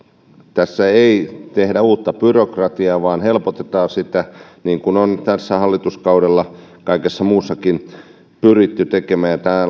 tässä ei tehdä uutta byrokratiaa vaan helpotetaan sitä niin kuin on tällä hallituskaudella kaikessa muussakin pyritty tekemään tämä